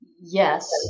Yes